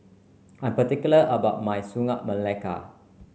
I'm particular about my Sagu Melaka